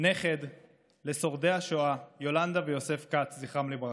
נכד לשורדי השואה יולנדה ויוסף כץ, זכרם לברכה,